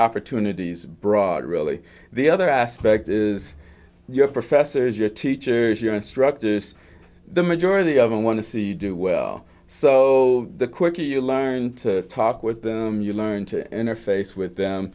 opportunities broad really the other aspect is your professors your teachers your instructors the majority of them want to see do well so the quicker you learn to talk with them you learn to interface with them